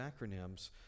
acronyms